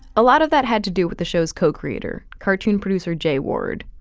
a lot of that had to do with the show's co creator cartoon producer jay ward.